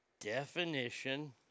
Definition